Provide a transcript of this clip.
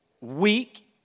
weak